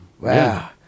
wow